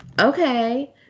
okay